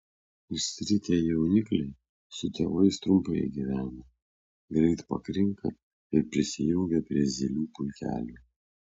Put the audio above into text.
išsiritę jaunikliai su tėvais trumpai gyvena greit pakrinka ir prisijungia prie zylių pulkelių